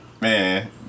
man